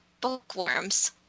Bookworms